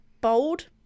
bold